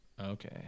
Okay